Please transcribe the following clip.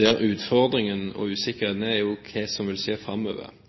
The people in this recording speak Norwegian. Utfordringen og usikkerheten er hva som vil skje framover.